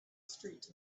street